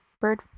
bird